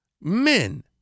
Men